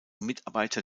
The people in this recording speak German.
mitarbeiter